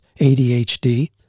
ADHD